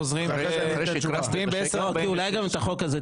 וחוזרים ב-10:46.